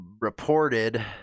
reported